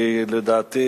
כי לדעתי